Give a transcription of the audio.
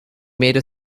made